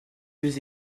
deux